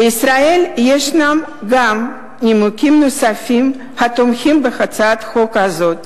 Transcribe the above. בישראל יש גם נימוקים נוספים התומכים בהצעת חוק זאת,